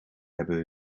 hebben